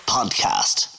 Podcast